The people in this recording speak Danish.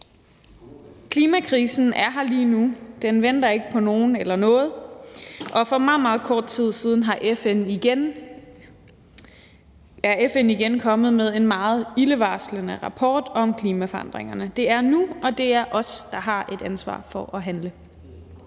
Klimakrisen er her lige nu. Den venter ikke på nogen eller noget, og for meget, meget kort tid siden er FN igen kommet med en meget ildevarslende rapport om klimaforandringerne. Det er nu, og det er os, der har et ansvar for at handle.